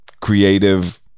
creative